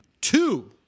two